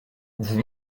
vous